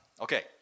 Okay